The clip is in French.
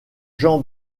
jean